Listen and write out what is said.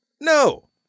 No